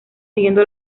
siguiendo